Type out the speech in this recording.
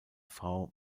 frau